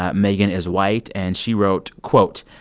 ah megan is white. and she wrote, quote,